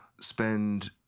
spend